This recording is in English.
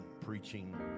preaching